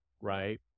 right